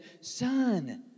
son